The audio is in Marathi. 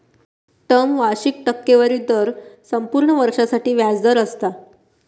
टर्म वार्षिक टक्केवारी दर संपूर्ण वर्षासाठी व्याज दर असता